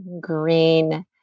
green